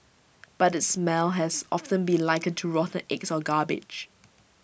but its smell has often been likened to rotten eggs or garbage